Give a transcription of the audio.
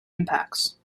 impacts